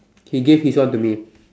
he gave his one to me